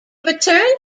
returned